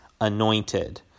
anointed